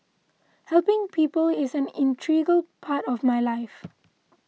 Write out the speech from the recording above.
helping people is an integral part of my life